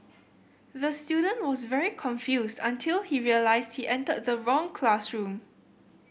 the student was very confused until he realised he entered the wrong classroom